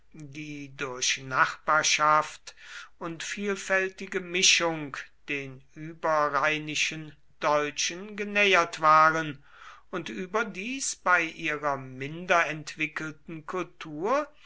die durch nachbarschaft und vielfältige mischung den überrheinischen deutschen genähert waren und überdies bei ihrer minder entwickelten kultur